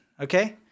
Okay